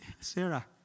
Sarah